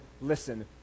listen